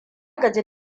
gaji